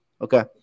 Okay